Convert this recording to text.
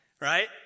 right